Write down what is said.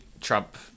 Trump